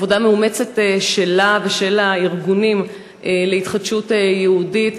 עבודה מאומצת שלה ושל הארגונים להתחדשות יהודית.